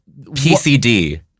PCD